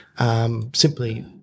Simply